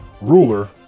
ruler